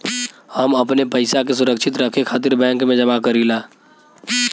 हम अपने पइसा के सुरक्षित रखे खातिर बैंक में जमा करीला